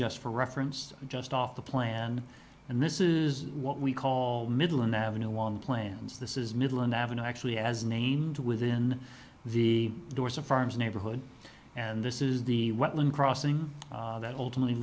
just for reference just off the plan and this is what we call middle and avenue one plans this is middle and avenue actually as named within the doors of farms neighborhood and this is the what lynn crossing that ultimately